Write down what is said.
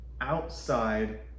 outside